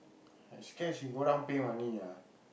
I scared she go down pay money ah